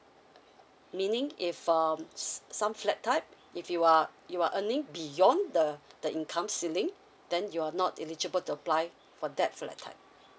meaning if uh some flat type if you are you are earning beyond the the income ceiling then you're not eligible to apply for that flat type